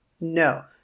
No